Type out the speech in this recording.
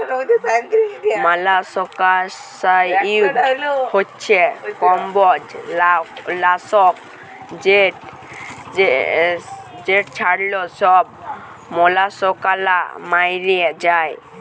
molluscicide হছে কমবজ লাসক যেট ছড়াল্যে ছব মলাসকালা ম্যইরে যায়